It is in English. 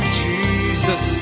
jesus